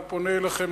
אני פונה אליכם,